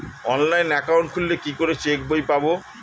Online account খুললে কি করে চেক বই পাব?